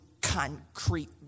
concrete